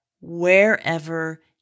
wherever